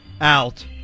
out